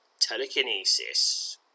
telekinesis